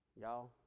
Y'all